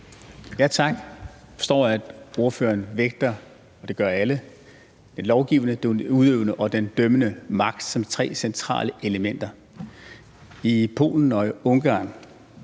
Tak. Jeg forstår, at ordføreren vægter – og det gør alle – den lovgivende, den udøvende og den dømmende magt som tre centrale elementer. I Polen og i Ungarn